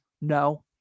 No